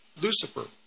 Lucifer